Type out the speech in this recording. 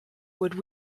would